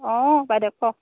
অঁ বাইদেউ কওক